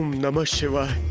namah shivaay!